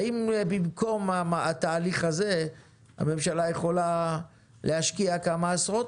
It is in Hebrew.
האם במקום התהליך הזה הממשלה יכולה להשקיע כמה עשרות